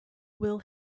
will